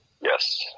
Yes